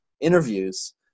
interviews